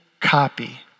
copy